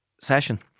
session